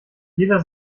jeder